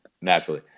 naturally